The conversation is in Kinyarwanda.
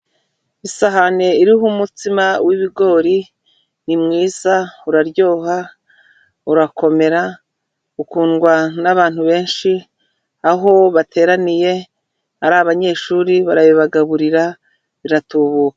Isahani iriho umutsima w'ibigori ni mwiza, uraryoha, urakomera, ukundwa n'abantu benshi aho bateraniye ari abanyeshuri barabibagaburira biratubuka.